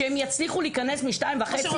שהם יצליחו להיכנס מ-14:30.